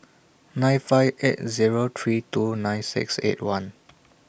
nine five eight Zero three two nine six eight one